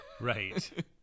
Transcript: Right